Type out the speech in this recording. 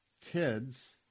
kids